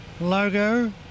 logo